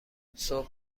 صبح